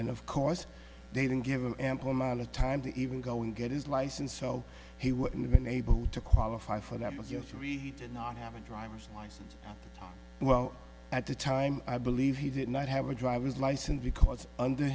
and of course they didn't give an ample amount of time to even go and get his license so he wouldn't have been able to qualify for that with your three did not have a driver's license well at the time i believe he did not have a driver's license because under